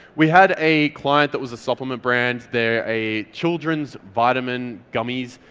we had a client that was a supplement brand. they're a children's vitamin gummies